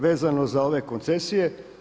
Vezano za ove koncesije.